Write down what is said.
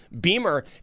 Beamer